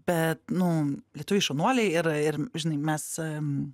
bet nu lietuviai šaunuoliai ir ir žinai mes